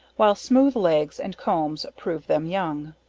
while smooth legs and combs prove them young.